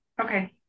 Okay